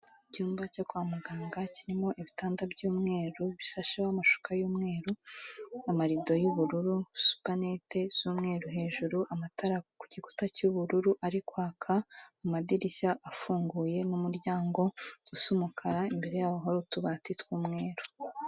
Icyumba cyo kwa muganga kirimo ibitanda by'umweru bishasheho amashuka y'umweru, amarido y'ubururu, supanete z'umweru hejuru, amatara ku gikuta cy'ubururu ari kwaka, amadirishya afunguye n'umuryango usa umukara, imbere yaho hari utubati tw'umweru.